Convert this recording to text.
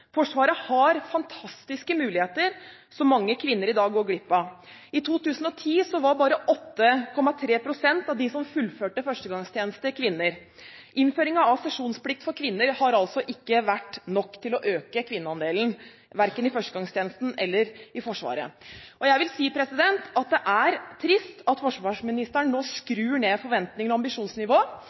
Forsvaret har fantastiske muligheter, som mange kvinner i dag går glipp av. I 2010 var bare 8,3 pst. av dem som fullførte førstegangstjeneste, kvinner. Innføringen av sesjonsplikt for kvinner har altså ikke vært nok til å øke kvinneandelen, verken i førstegangstjenesten eller i Forsvaret. Jeg vil si at det er trist at forsvarsministeren nå skrur ned forventningene og